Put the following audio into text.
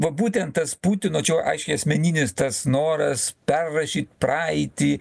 va būtent tas putino čia jau aiškiai asmeninis tas noras perrašyt praeitį